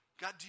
God